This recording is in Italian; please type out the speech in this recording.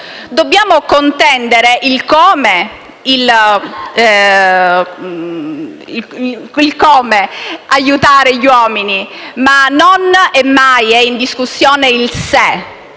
dobbiamo discutere il "come" aiutare gli uomini, ma non è mai in discussione il "se",